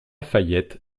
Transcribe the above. fayette